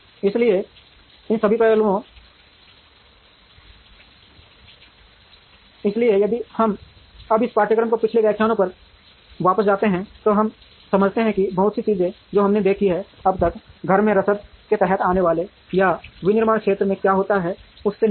इसलिए इन सभी पहलुओं इसलिए यदि हम अब इस पाठ्यक्रम में पिछले व्याख्यानों पर वापस जाते हैं तो हम समझते हैं कि बहुत सी चीजें जो हमने देखी हैं अब तक घर में रसद के तहत आने वाले या एक विनिर्माण क्षेत्र में क्या होता है उससे निपटें